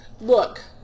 Look